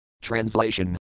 Translation